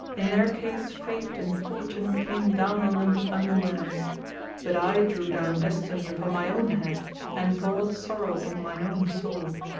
in their case fate and fortune came down on them unawares but i drew down destiny upon my own head and brought sorrow on mine own soul,